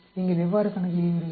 நீங்கள் எவ்வாறு கணக்கிடுவீர்கள்